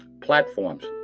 platforms